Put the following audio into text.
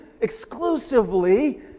exclusively